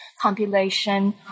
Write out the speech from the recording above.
compilation